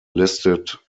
listed